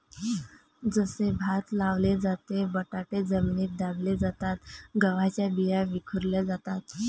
जसे भात लावले जाते, बटाटे जमिनीत दाबले जातात, गव्हाच्या बिया विखुरल्या जातात